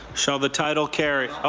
shall the title carry? oh.